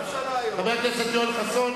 חבר הכנסת יואל חסון,